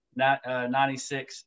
96